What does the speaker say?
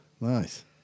Nice